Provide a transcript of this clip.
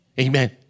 Amen